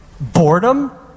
boredom